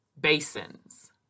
basins